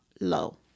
low